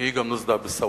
כי היא גם נוסדה בסעודיה.